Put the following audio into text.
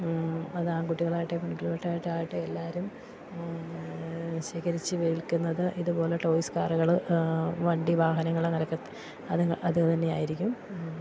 അത് ആൺകുട്ടികളാകട്ടെ പെൺകുട്ടികൾളാകട്ടെ ആകട്ടെ എല്ലാവരും ശേഖരിച്ച് വെക്കുന്നത് ഇതുപോലെ ടോയ്സ് കാറുകൾ വണ്ടി വാഹനങ്ങൾ അടക്കം അത് അത് തന്നെയായിരിക്കും